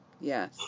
Yes